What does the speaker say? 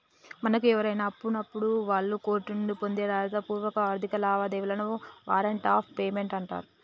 మనకు ఎవరైనా అప్పున్నప్పుడు వాళ్ళు కోర్టు నుండి పొందే రాతపూర్వక ఆర్థిక లావాదేవీలనే వారెంట్ ఆఫ్ పేమెంట్ అంటరు